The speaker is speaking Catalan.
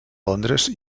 londres